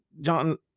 John